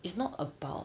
it's not about